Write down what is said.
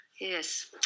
yes